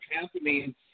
happening